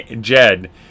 jed